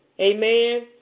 Amen